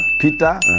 Peter